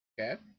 Okay